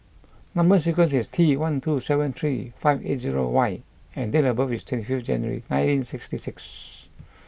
number sequence is T one two seven three five eight zero Y and date of birth is twenty fifth January nineteen sixty six